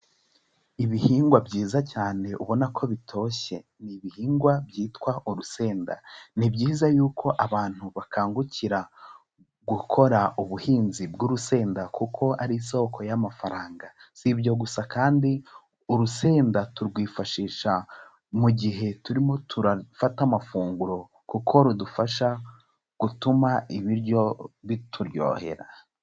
Ibihingwa byiza cyane ubona ko bitoshye ni ibihingwa byitwa urusenda, ni byiza yuko abantu bakangukira gukora ubuhinzi bw'urusenda kuko ari isoko y'amafaranga, si ibyo gusa kandi urusenda turwifashisha mu gihe turimo turafata amafunguro kuko rudufasha gutuma ibiryo bituryohera.